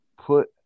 put